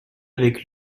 avec